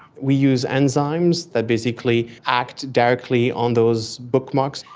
we use enzymes that basically act directly on those bookmarks.